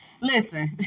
listen